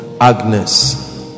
Agnes